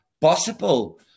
possible